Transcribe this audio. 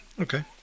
Okay